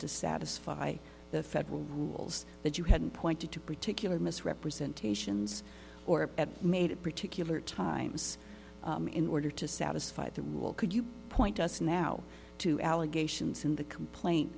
to satisfy the federal rules that you had pointed to particular misrepresentations or made particular times in order to satisfy the rule could you point us now to allegations in the complaint